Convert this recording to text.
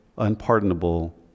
unpardonable